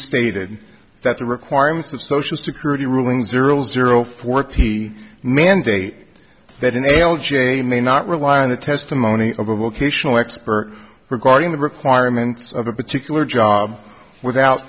stated that the requirements of social security ruling zero zero four p mandate that in a l j may not rely on the testimony of a vocational expert regarding the requirements of a particular job without